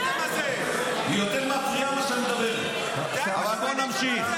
היא יותר מפריעה מאשר מדברת, אבל בואו נמשיך.